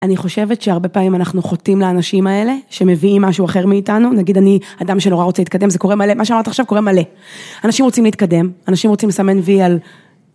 אני חושבת שהרבה פעמים אנחנו חוטאים לאנשים האלה, שמביאים משהו אחר מאיתנו, נגיד אני אדם שנורא רוצה להתקדם, זה קורה מלא, מה שאמרת עכשיו קורה מלא. אנשים רוצים להתקדם, אנשים רוצים לסמן וי על...